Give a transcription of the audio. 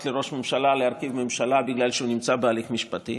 לראש הממשלה להרכיב ממשלה בגלל שהוא נמצא בהליך משפטי,